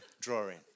drawing